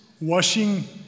washing